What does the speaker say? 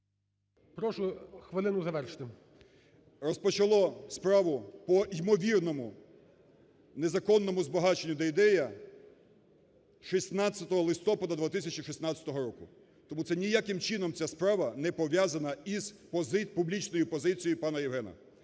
Прошу, хвилину, завершити. ЛУЦЕНКО Ю.В. Розпочало справу по ймовірному незаконному збагаченню Дейдея 16 листопада 2016 року. Тому це ніяким чином, ця справа, не пов'язана із публічною позицією пана Євгена.